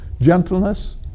gentleness